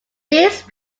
these